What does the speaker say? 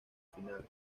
final